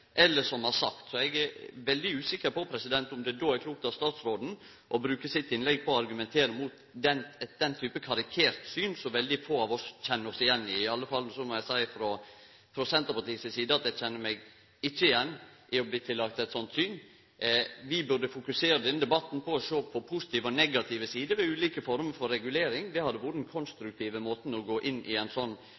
eller som har sagt det. Så eg er veldig usikker på om det då er klokt av statsråden å bruke sitt innlegg på å argumentere mot den typen karikert syn, som veldig få av oss kjenner oss igjen i. I alle fall må eg seie frå Senterpartiets side at eg kjenner meg ikkje igjen i å bli tillagt eit sånt syn. Vi burde fokusere denne debatten på å sjå på positive og negative sider ved ulike former for regulering. Det hadde vore den konstruktive måten å gå inn i ein sånn